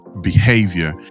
behavior